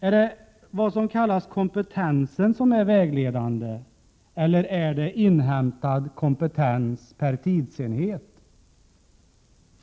Är det vad som kallas kompetensen som är vägledande eller är det inhämtad kompetens per tidsenhet?